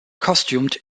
costumed